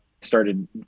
started